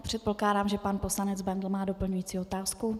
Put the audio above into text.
Předpokládám, že pan poslanec Bendl má doplňující otázku.